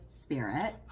Spirit